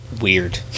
weird